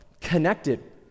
connected